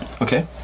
Okay